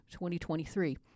2023